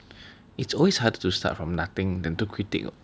it's always harder to start from nothing than to critique